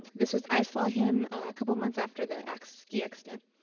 this was, i saw him a couple months after the ski accident.